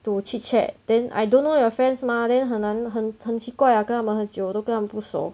to chit chat then I don't know your friends mah then 很难很很奇怪 ah 跟他们喝酒我都跟他们不熟